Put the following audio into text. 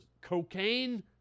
cocaine